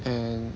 and